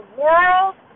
world